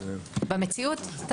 נייר העמדה הגיע אתמול בשעה 12 בלילה.